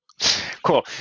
Cool